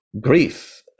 grief